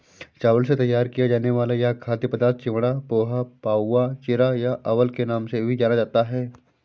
चावल से तैयार किया जाने वाला यह खाद्य पदार्थ चिवड़ा, पोहा, पाउवा, चिरा या अवल के नाम से भी जाना जाता है